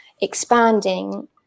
expanding